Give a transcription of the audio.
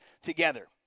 together